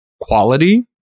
quality